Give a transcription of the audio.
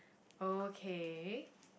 okay